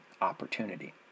opportunity